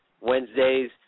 Wednesdays